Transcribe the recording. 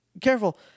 careful